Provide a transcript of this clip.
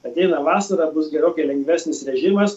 ateina vasara bus gerokai lengvesnis vežimas